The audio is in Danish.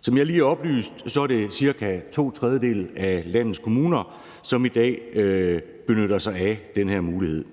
Som jeg lige oplyste, er det cirka to tredjedele af landets kommuner, som i dag benytter sig af den her mulighed.